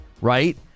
right